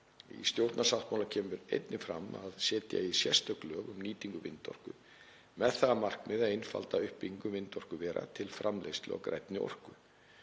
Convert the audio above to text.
Í stjórnarsáttmála kemur einnig fram að setja eigi sérstök lög um nýtingu vindorku með það að markmiði að einfalda uppbyggingu vindorkuvera til framleiðslu á grænni orku.